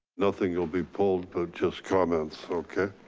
nothing will be pulled, but just comments. okay.